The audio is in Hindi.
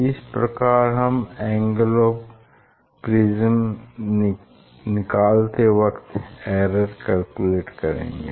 इस प्रकार हम एंगल ऑफ़ प्रिज्म निकालते वक़्त एरर कैलकुलेट करेंगे